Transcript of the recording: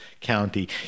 county